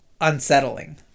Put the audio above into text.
Unsettling